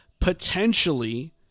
potentially